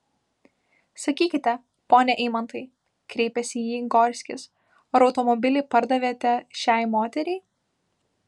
sakykite pone eimantai kreipėsi į jį gorskis ar automobilį pardavėte šiai moteriai